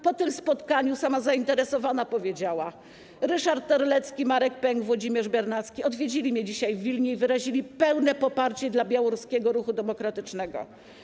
Po tym spotkaniu sama zainteresowana powiedziała: Ryszard Terlecki, Marek Pęk, Włodzimierz Bernacki odwiedzili mnie dzisiaj w Wilnie i wyrazili pełne poparcie dla białoruskiego ruchu demokratycznego.